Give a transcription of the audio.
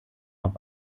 auf